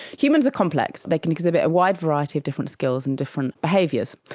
humans are complex, they can exhibit a wide variety of different skills and different behaviours,